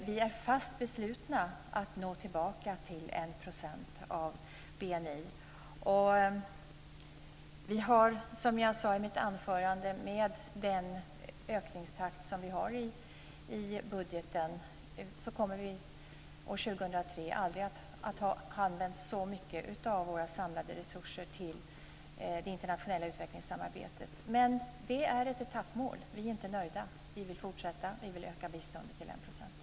Vi är fast beslutna att nå tillbaka till 1 % av BNI. Som jag sade i mitt huvudanförande kommer vi, med den ökningstakt som finns i budgeten, år 2003 aldrig att ha använt så mycket av våra samlade resurser till det internationella utvecklingssamarbetet. Men detta är ett etappmål. Vi är alltså inte nöjda, utan vi vill fortsätta och öka biståndet till 1 %.